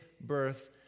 birth